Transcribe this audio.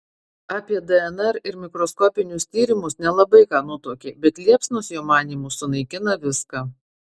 apie dnr ir mikroskopinius tyrimus nelabai ką nutuokė bet liepsnos jo manymu sunaikina viską